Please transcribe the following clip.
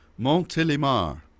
Montélimar